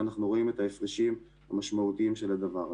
ואנחנו רואים את ההפרשים במשמעותיים של הדבר הזה.